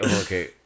okay